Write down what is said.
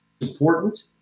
important